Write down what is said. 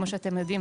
כמו שאתם יודעים,